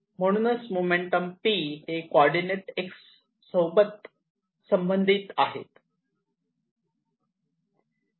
आणि म्हणूनच momentum p हे कॉर्डीनेट x सोबत संबंधित आहे